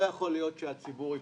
לא יכול להיות שהציבור ייפגע.